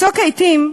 בצוק העתים,